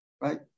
Right